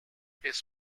his